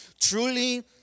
Truly